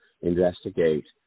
investigate